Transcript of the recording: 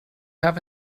have